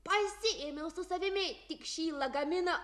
pasiėmiau su savimi tik šį lagaminą